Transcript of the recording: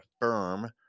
firm